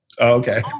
Okay